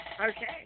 Okay